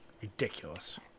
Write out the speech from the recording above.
ridiculous